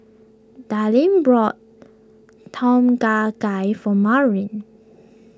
Dallin brought Tom Kha Gai for Maurine